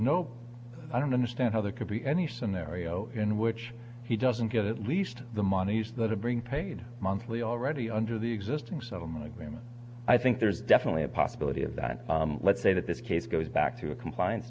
no i don't understand how there could be any scenario in which he doesn't get at least the monies that have bring paid monthly already under the existing settlement agreement i think there's definitely a possibility of that let's say that this case goes back to a compliance